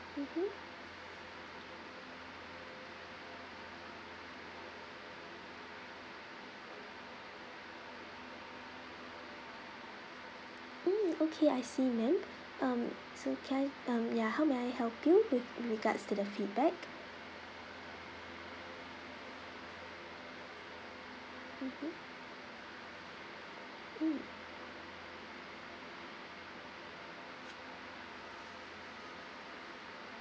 mmhmm mm okay I see ma'am um so can I um ya how may I help you with regards to the feedback mmhmm mm